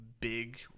big